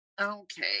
Okay